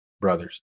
brothers